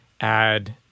add